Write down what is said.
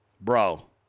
Bro